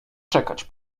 czekać